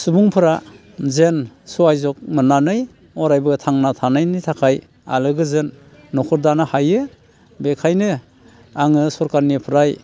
सुबुंफोरा जेन सह'ज'ग मोननानै अरायबो थांना थानायनि थाखाय आलो गोजोन न'खर दानो हायो बेखायनो आङो सोरखारनिफ्राय